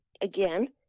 again